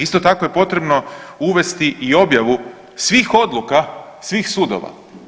Isto tako je potrebno uvesti i objavu svih odluka svih sudova.